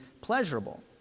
pleasurable